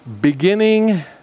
Beginning